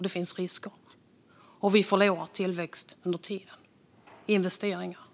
Det finns risker, och vi förlorar tillväxt under tiden - investeringar med mera.